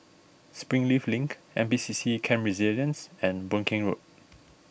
Springleaf Link N P C C Camp Resilience and Boon Keng Road